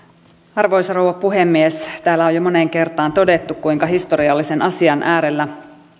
arvoisa rouva puhemies täällä on jo moneen kertaan todettu kuinka historiallisen asian äärellä